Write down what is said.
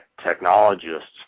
technologists